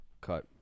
cut